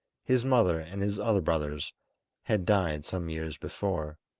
his mother and his other brothers had died some years before.